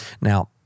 Now